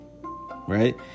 Right